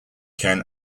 ken